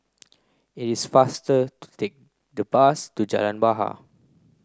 it is faster to take the bus to Jalan Bahar